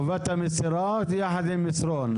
הוא אומר חובת המסירה יחד עם מסרון.